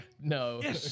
No